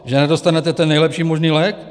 Že nedostanete ten nejlepší možný lék?